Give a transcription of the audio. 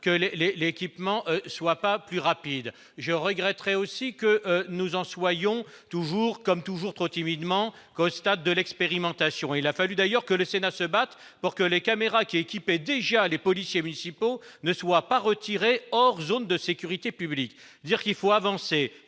les, l'équipement, soit pas plus rapide je regretterai aussi que nous en soyons toujours comme toujours trop timidement qu'au stade de l'expérimentation, il a fallu d'ailleurs que le Sénat se battent pour que les caméras qui équipait déjà les policiers municipaux ne soient pas retirées hors zone de sécurité publique, dire qu'il faut avancer,